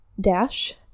Dash